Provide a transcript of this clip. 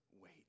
wait